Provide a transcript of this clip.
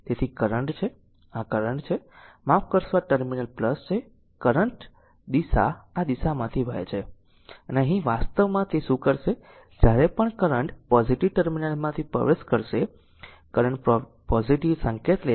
તેથી કરંટ છે આ કરંટ છે માફ કરશો આ ટર્મિનલ છે કરંટ દિશા આ દિશામાંથી વહે છે અને અહીં વાસ્તવમાં તે શું કરશે જ્યારે પણ કરંટ પોઝીટીવ ટર્મિનલમાં પ્રવેશ કરશે કરંટ પોઝીટીવ સંકેત લેશે